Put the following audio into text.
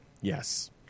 Yes